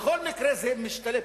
בכל מקרה זה משתלם.